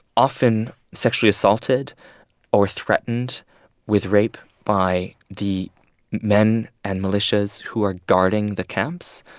often sexually assaulted or threatened with rape by the men and militias who are guarding the camps,